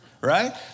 right